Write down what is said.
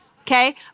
okay